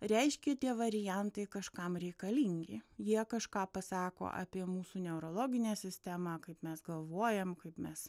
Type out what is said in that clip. reiškia tie variantai kažkam reikalingi jie kažką pasako apie mūsų neurologinę sistemą kaip mes galvojam kaip mes